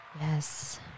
yes